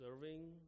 Serving